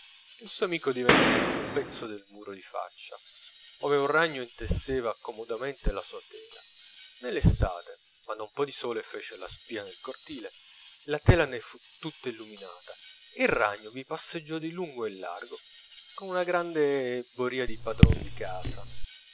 il suo amico divenne un pezzo del muro di faccia ove un ragno intesseva comodamente la sua tela nell'estate quando un po di sole fece la spia nel cortile la tela ne fu tutta illuminata e il ragno vi passeggiò di lungo e di largo con una grande boria di padron di casa